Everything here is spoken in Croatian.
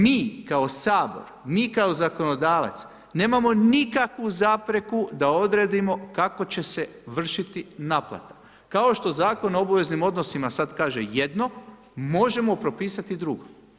Mi kao Sabor, mi kao zakonodavac, nemamo nikakvu zapreku da odredimo kako će se vršiti naplata, kao što Zakon o obveznim odnosima sad kaže jedno, možemo propisati drugo.